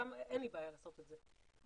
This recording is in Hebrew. אין לי בעיה לעשות את זה,